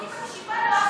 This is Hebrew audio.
אני מקשיבה לו.